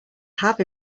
have